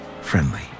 friendly